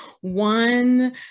one